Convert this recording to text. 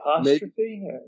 apostrophe